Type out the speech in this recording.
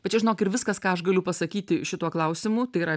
bet čia žinok ir viskas ką aš galiu pasakyti šituo klausimu tai yra